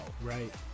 Right